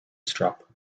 strap